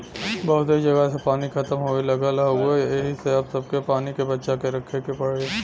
बहुते जगह से पानी खतम होये लगल हउवे एही से अब सबके पानी के बचा के रखे के पड़ी